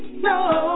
No